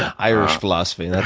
ah irish philosophy. that's